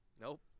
Nope